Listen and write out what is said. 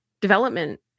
development